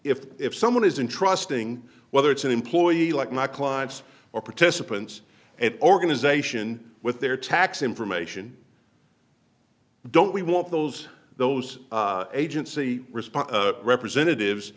if if someone is in trusting whether it's an employee like my clients or participants and organization with their tax information don't we want those those agency response representatives